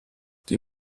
die